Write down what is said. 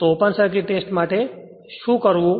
તો open circuit test માટે તે શું કરવું